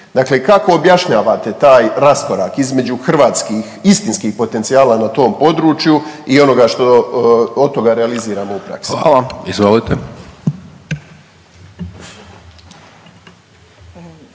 Dakle, kako objašnjavate taj raskorak između hrvatskih istinskih potencijala na tom području i onoga što od toga realiziramo u praksi. **Hajdaš